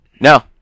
No